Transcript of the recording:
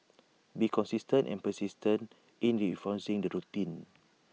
be consistent and persistent in reinforcing the routine